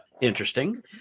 interesting